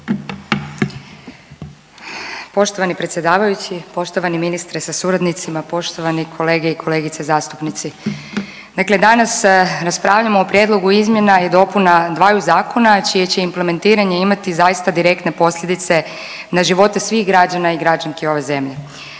Poštovani predsjedavajući, poštovani ministre sa suradnicima, poštovani kolege i kolegice zastupnici. Dakle danas raspravljamo o Prijedlogu izmjena i dopuna dvaju zakona čije će implementiranje imati zaista direktne posljedice na živote svih građana i građanski ove zemlje.